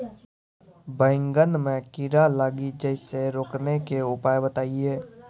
बैंगन मे कीड़ा लागि जैसे रोकने के उपाय बताइए?